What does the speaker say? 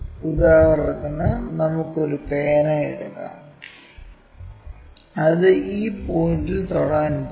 ഉദാഹരണത്തിന് നമുക്ക് ഒരു പേന എടുക്കാം അത് ഈ പോയിന്റിൽ തൊടാൻ പോകുന്നു